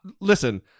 listen